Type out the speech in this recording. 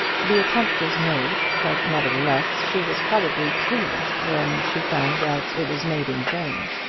the attempt was made but nevertheless she was probably pleased when she found that it was made in vain.